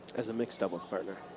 as a mixed doubles partner.